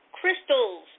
Crystals